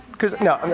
because no, i'm